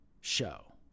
show